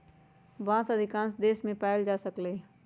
बांस अधिकांश देश मे पाएल जा सकलई ह